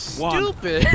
stupid